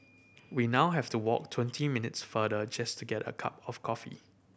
we now have to walk twenty minutes farther just to get a cup of coffee